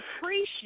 appreciate